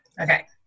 Okay